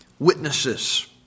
witnesses